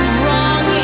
wrong